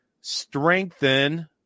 strengthen